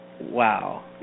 wow